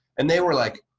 and they were like,